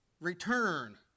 Return